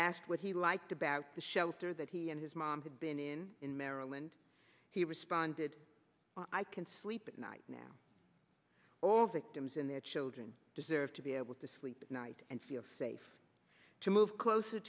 asked what he liked about the shelter that he and his mom had been in in maryland he responded i can sleep at night now all victims and their children deserve to be able to sleep at night and feel safe to move closer